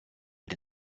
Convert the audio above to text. ate